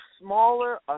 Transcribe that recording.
smaller